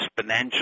exponential